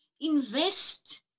invest